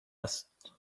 است